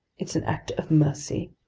it's an act of mercy!